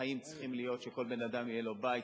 החיים צריכים להיות שלכל בן-אדם יהיה בית,